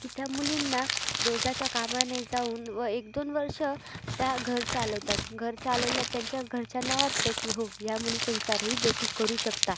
की त्या मुलींना रोजाच्या कामाने जाऊन व एकदोन वर्षं त्या घर चालवतात घर चालवल्या त्यांच्या घरच्यांना वाटतं की हो ह्या मुली संसारही देकी करू शकता